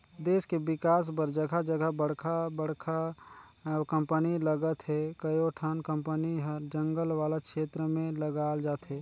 देस के बिकास बर जघा जघा बड़का बड़का कंपनी लगत हे, कयोठन कंपनी हर जंगल वाला छेत्र में लगाल जाथे